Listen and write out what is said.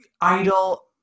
idol